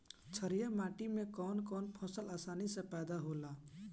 छारिया माटी मे कवन कवन फसल आसानी से पैदा होला?